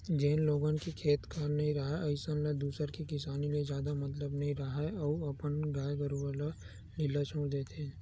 जेन लोगन के खेत खार नइ राहय अइसन ल दूसर के किसानी ले जादा मतलब नइ राहय अउ अपन गाय गरूवा ल ढ़िल्ला छोर देथे